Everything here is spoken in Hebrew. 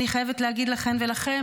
אני חייבת להגיד לכן ולכם,